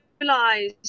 realize